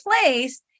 place